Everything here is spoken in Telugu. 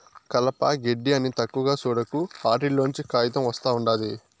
కలప, గెడ్డి అని తక్కువగా సూడకు, ఆటిల్లోంచే కాయితం ఒస్తా ఉండాది